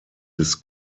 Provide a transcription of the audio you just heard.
des